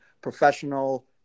professional